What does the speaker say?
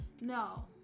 no